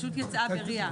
הרשות יצאה ל-RIA,